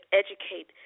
educate